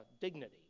dignity